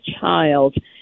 child